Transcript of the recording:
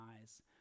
eyes